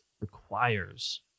requires